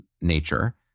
nature